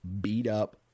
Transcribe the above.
beat-up